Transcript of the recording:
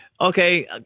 Okay